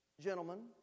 Gentlemen